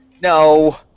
No